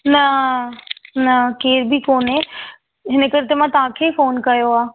न न केर बि कोने इनकरे त मां तव्हांखे ई फ़ोन कयो आहे